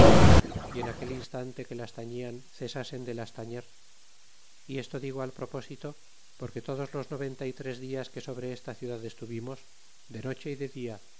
y en aquel instante que las tatlian cesasen de las tañer y esto digo al propósito porque todos los noventa y tres dias que sobre es'a ciudad estuvimos de noche y de dia